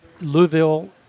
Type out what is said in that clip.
Louisville